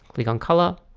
click on color.